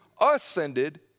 ascended